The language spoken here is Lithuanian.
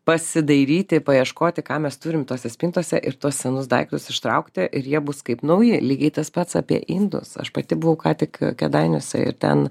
pasidairyti paieškoti ką mes turim tose spintose ir tuos senus daiktus ištraukti ir jie bus kaip nauji lygiai tas pats apie indus aš pati buvau ką tik a kėdainiuose ir ten